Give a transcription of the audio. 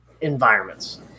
environments